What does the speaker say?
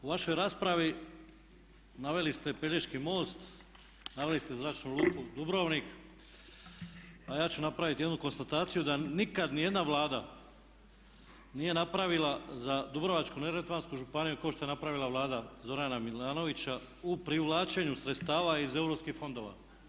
Kolega Grčić, u vašoj raspravi naveli ste Pelješki most, naveli ste Zračnu luku Dubrovnik a ja ću napraviti jednu konstataciju da nikad ni jedna Vlada nije napravila za Dubrovačko-neretvansku županiju kao što je napravila Vlada Zorana Milanovića u privlačenju sredstava iz europskih fondova.